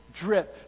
drip